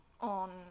on